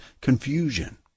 confusion